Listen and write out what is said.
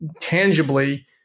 tangibly